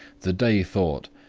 the day thought,